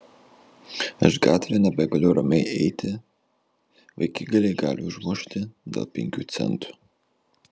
aš gatve nebegaliu ramiai eiti vaikigaliai gali užmušti dėl penkių centų